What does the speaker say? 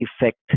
effect